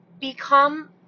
become